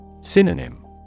Synonym